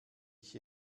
ich